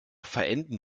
verenden